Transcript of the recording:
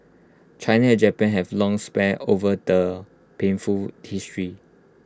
China and Japan have long sparred over their painful history